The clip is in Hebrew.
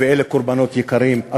ואלה קורבנות יקרים,